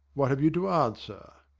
what have you to answer?